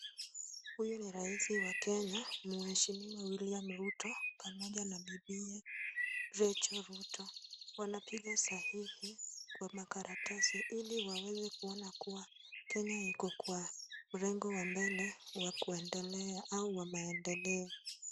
Huyu ni rais wa Kenya mheshimiwa William Ruto pamoja na bibiye Rachael Ruto. Wanapiga sahihi kwa makaratasi ili waweze kuona kuwa Kenya iko kwa mrengo wa mbele wa kuendela au wa maendeleo.